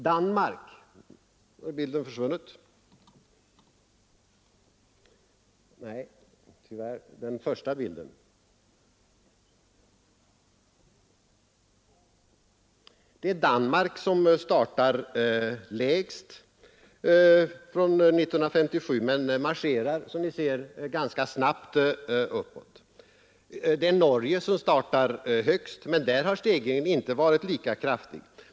Danmark startar lägst 1957 men marscherar snabbt upp. Norge startar högst, men där har stegringen inte varit lika kraftig.